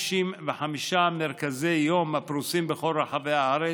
165 מרכזי יום פרוסים בכל רחבי הארץ.